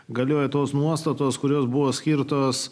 galioja tos nuostatos kurios buvo skirtos